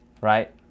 right